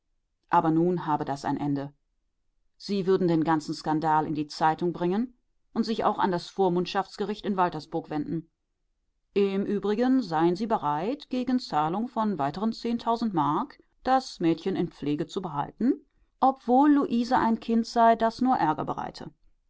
aber nun habe das ein ende sie würden den ganzen skandal in die zeitung bringen und sich auch an das vormundschaftsgericht in waltersburg wenden im übrigen seien sie bereit gegen zahlung von weiteren zehntausend mark das mädchen in pflege zu behalten obwohl luise ein kind sei das nur ärger bereite